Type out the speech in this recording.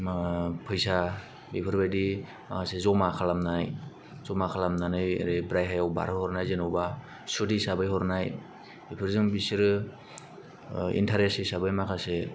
फैसा बेफोरबायदि माखासे जमा खालामनाय जमा खालामनानै ओरै बाहिरायाव बारहोहरनाय जेनोबा सुत हिसाबै हरनाय बेफोरजों बिसोरो इन्थारेस्ट हिसाबै